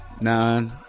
nine